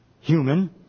human